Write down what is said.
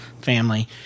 family